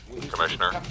Commissioner